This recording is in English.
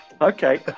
Okay